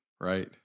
Right